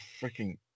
freaking